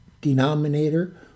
denominator